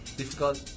difficult